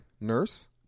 Nurse